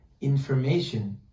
information